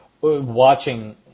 watching